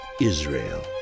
Israel